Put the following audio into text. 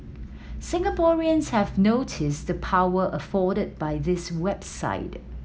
Singaporeans have noticed the power afforded by this website